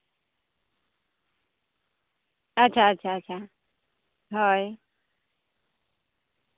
ᱟᱪᱪᱷᱟ ᱟᱪᱪᱷᱟ ᱟᱪᱪᱷᱟ ᱟᱪᱪᱷᱟ ᱦᱳᱭ